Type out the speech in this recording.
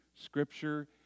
Scripture